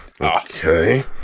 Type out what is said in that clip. Okay